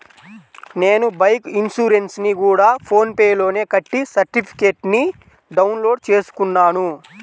నేను బైకు ఇన్సురెన్సుని గూడా ఫోన్ పే లోనే కట్టి సర్టిఫికేట్టుని డౌన్ లోడు చేసుకున్నాను